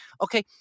Okay